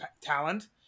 talent